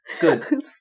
Good